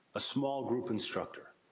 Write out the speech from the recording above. a small group instructor.